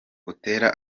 buteera